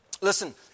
Listen